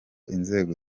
inzego